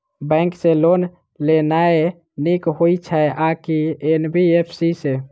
Bank सँ loan लेनाय नीक होइ छै आ की एन.बी.एफ.सी सँ?